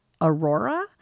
Aurora